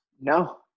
No